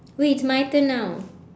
wait it's my turn now